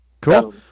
Cool